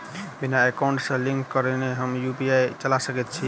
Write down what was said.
बिना एकाउंट सँ लिंक करौने हम यु.पी.आई चला सकैत छी?